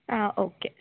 ആ ഓക്കേ